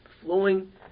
flowing